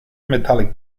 metallic